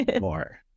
more